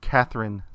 Catherine